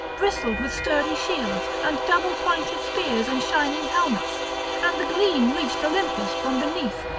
bristled with sturdy shields and double-pointed spears and shining helmets and the gleam reached olympus from beneath,